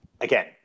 again